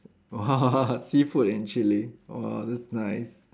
!wah! seafood and chili !wah! that's nice